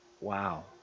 wow